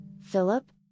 Philip